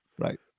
Right